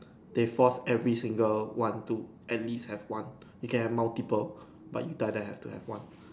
they force every single one to at least have one you can have multiple but you die die have to have one